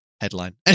headline